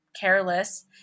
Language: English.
careless